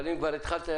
אבל אם כבר התחלת,